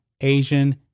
Asian